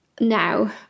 now